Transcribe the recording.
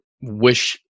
wish